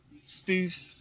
spoof